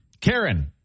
Karen